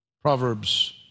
Proverbs